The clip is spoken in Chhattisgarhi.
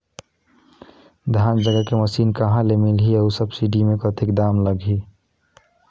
धान जगाय के मशीन कहा ले मिलही अउ सब्सिडी मे कतेक दाम लगही?